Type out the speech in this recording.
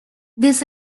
this